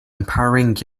empowering